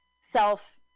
self